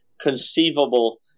conceivable